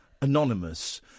anonymous